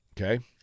Okay